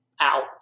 out